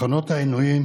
את מחנות העינויים